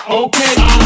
Okay